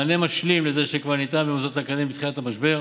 מענה משלים לזה שכבר ניתן במוסדות האקדמיים בתחילת המשבר.